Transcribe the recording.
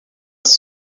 base